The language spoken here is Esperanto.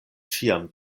ĉiam